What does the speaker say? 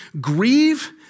Grieve